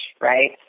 right